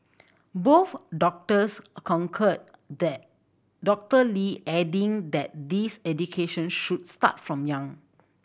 both doctors concurred that Doctor Lee adding that this education should start from young